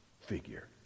figure